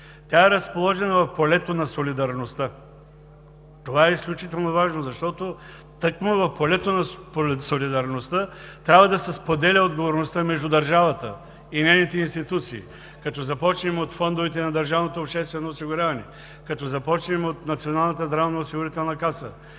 Тя е разположена в полето на солидарността. Това е изключително важно, защото тъкмо в полето на солидарността трябва да се споделя отговорността между държавата и нейните институции – като започнем от фондовете на държавното обществено осигуряване, от Националната здравноосигурителна каса,